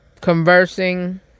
Conversing